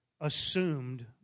assumed